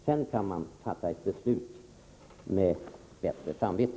Sedan kan man fatta ett beslut med bättre samvete.